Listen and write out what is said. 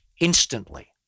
instantly